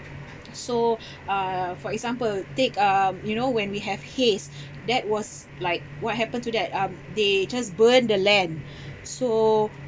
so uh for example take uh you know when we have haze that was like what happened to that um they just burned the land so